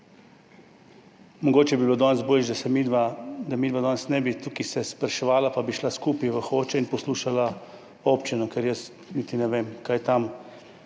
Mogoče bi bilo boljše, da se midva danes tukaj ne bi spraševala in bi šla skupaj v Hoče in poslušala občino, ker jaz niti ne vem, kaj tam